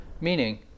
Meaning